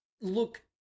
look